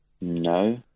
No